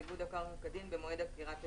על עיבוד הקרקע כדין במועד עקירת הגידול,